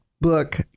book